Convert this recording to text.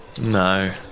No